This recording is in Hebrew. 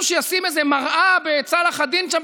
שמישהו ישים איזו מראה בצלאח א-דין שם,